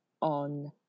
on